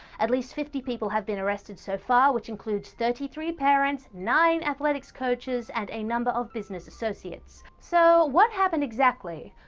at least fifty people have been arrested so far, which includes thirty three parents, nine athletic coaches, and a number of business associates. so what happened exactly?